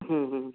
हूं हूं